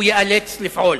הוא ייאלץ לפעול.